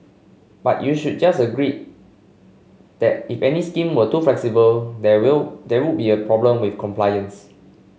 but you should just agreed that if any scheme were too flexible there will there would be a problem with compliance